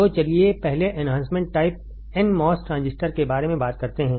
तो चलिए पहले enhancement type n mos transistor के बारे में बात करते हैं